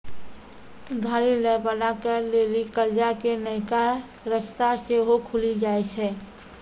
उधारी लै बाला के लेली कर्जा के नयका रस्ता सेहो खुलि जाय छै